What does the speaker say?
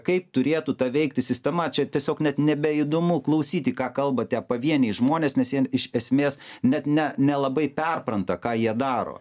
kaip turėtų veikti sistema čia tiesiog net nebeįdomu klausyti ką kalba tie pavieniai žmonės nes jie iš esmės net ne nelabai perpranta ką jie daro